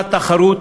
שמונעת תחרות,